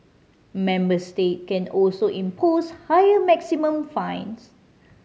member states can also impose higher maximum fines